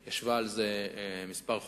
היא ישבה על כך כמה חודשים,